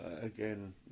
Again